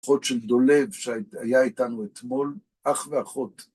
אחות של דולב שהיה איתנו אתמול, אח ואחות.